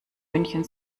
münchen